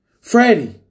Freddie